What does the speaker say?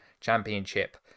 Championship